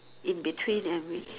in between and we